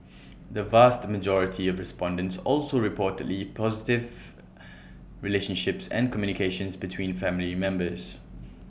the vast majority of respondents also reported positive relationships and communications between family members